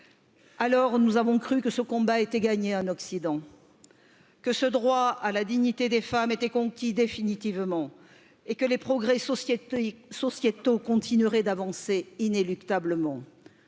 alors nous avons cru que ce combat était gagné en occident que ce droit à la dignité des femmes était conquis définitivement et que les progrès sociétaux continuerait d'avancer inéluctablement